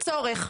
צורך.